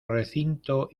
recinto